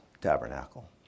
tabernacle